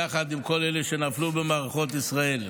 יחד עם כל אלה שנפלו במערכות ישראל.